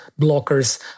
blockers